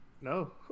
No